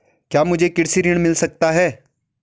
क्या मुझे कृषि ऋण मिल सकता है?